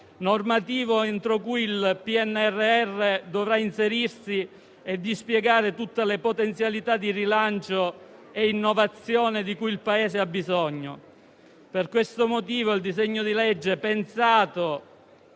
normativo entro il quale il PNRR dovrà inserirsi e dispiegare tutte le potenzialità di rilancio e innovazione di cui il Paese ha bisogno. Per questo motivo il disegno di legge, pensato